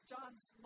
John's